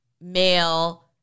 male